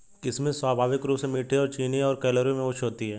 किशमिश स्वाभाविक रूप से मीठी और चीनी और कैलोरी में उच्च होती है